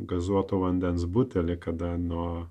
gazuoto vandens butelį kada nuo